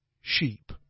sheep